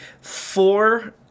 four